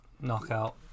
knockout